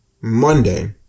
Monday